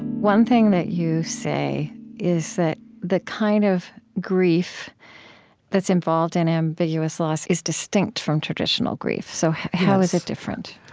one thing that you say is that the kind of grief that's involved in ambiguous loss is distinct from traditional grief. so how is it different?